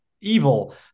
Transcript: evil